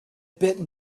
bit